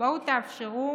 בואו תאפשרו